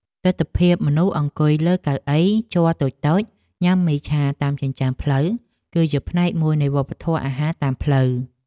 ទិដ្ឋភាពមនុស្សអង្គុយលើកៅអីជ័រតូចៗញ៉ាំមីឆាតាមចិញ្ចើមផ្លូវគឺជាផ្នែកមួយនៃវប្បធម៌អាហារតាមផ្លូវ។